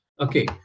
Okay